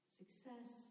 success